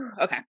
Okay